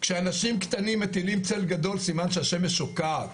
כשאנשים קטנים מטילים צל גדול סימן שהשמש שוקעת.